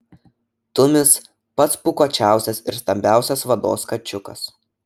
tumis pats pūkuočiausias ir stambiausias vados kačiukas